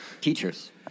Teachers